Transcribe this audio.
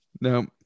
Now